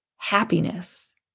happiness